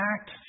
act